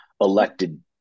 elected